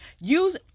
Use